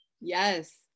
Yes